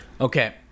Okay